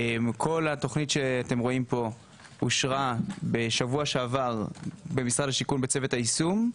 כל התכנית שאתם רואים פה אושרה בשבוע שעבר במשרד השיכון בצוות היישום.